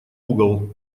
угол